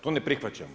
To ne prihvaćamo.